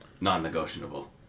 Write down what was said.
non-negotiable